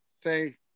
say